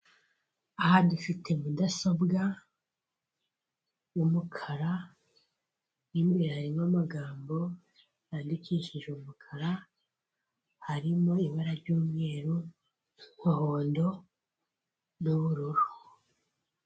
Aa dufite mudasobwa y'umukara imwe harimo amagambo yandikishije umukara harimo ibara ry'umweru, umuhondo n'ubururu.